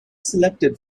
selected